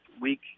week